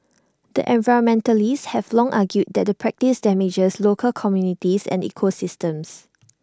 but environmentalists have long argued that the practice damages local communities and ecosystems